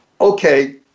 okay